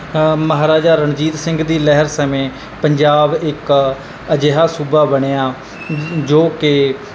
ਮਹਾਰਾਜਾ ਰਣਜੀਤ ਸਿੰਘ ਦੀ ਲਹਿਰ ਸਮੇਂ ਪੰਜਾਬ ਇੱਕ ਅਜਿਹਾ ਸੂਬਾ ਬਣਿਆ ਜੋ ਕਿ